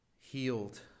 healed